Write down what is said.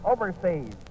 overseas